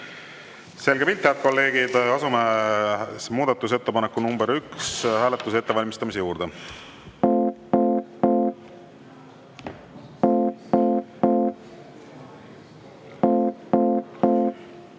Selge pilt. Head kolleegid, asume muudatusettepaneku nr 1 hääletuse ettevalmistamise juurde.